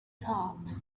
thought